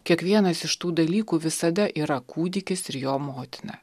kiekvienas iš tų dalykų visada yra kūdikis ir jo motina